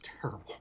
terrible